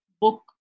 Book